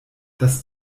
das